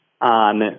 on